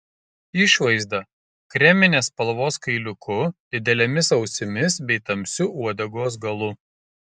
išvaizda kreminės spalvos kailiuku didelėmis ausimis bei tamsiu uodegos galu